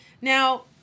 Now